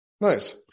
Nice